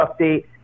update